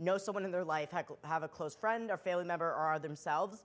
know someone in their life have a close friend or family member are themselves